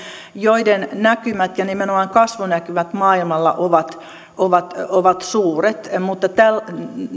joiden näkymät ja nimenomaan kasvunäkymät maailmalla ovat ovat suuret mutta